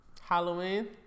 Halloween